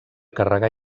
carregar